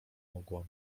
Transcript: mogłam